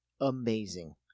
amazing